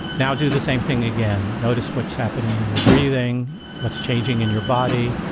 now do the same thing again, notice what's happening in your breathing, what's changing in your body,